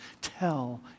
Tell